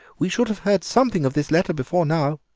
we should have heard something of this letter before now.